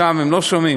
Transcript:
שם הם לא שומעים.